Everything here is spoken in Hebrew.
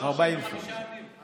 45 ימים.